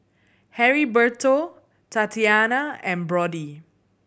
Heriberto Tatyana and Brody